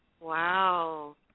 wow